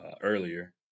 earlier